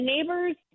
neighbors